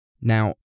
Now